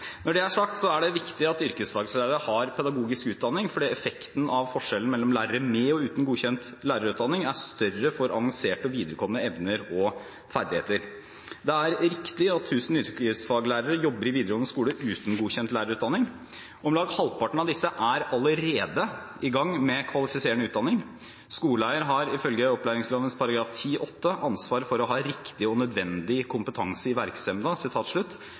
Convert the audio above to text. Når det er sagt, er det viktig at yrkesfaglærere har pedagogisk utdanning, fordi effekten av forskjellen mellom lærere med og uten godkjent lærerutdanning er større for avanserte og viderekomne emner og ferdigheter. Det er riktig at tusen yrkesfaglærere jobber i videregående skole uten godkjent lærerutdanning. Om lag halvparten av disse er allerede i gang med kvalifiserende utdanning. Skoleeier har ifølge opplæringsloven § 10-8 «ansvar for å ha riktig og nødvendig kompetanse